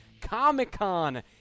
comic-con